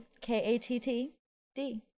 K-A-T-T-D